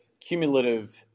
cumulative